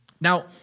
Now